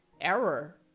error